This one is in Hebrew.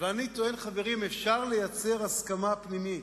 ואני טוען, חברים: אפשר לייצר הסכמה פנימית.